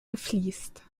gefliest